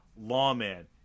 Lawman